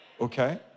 Okay